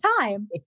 time